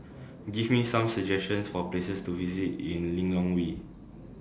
Give Me Some suggestions For Places to visit in Lilongwe